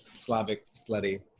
slavic, slutty.